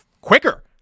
quicker